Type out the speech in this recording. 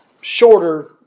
shorter